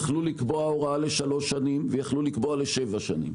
יכלו לקבוע הוראה לשלוש שנים ויכלו לקבוע לשבע שנים.